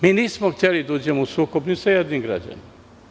Mi nismo hteli da uđemo u sukob ni sa jednim građaninom.